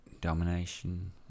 domination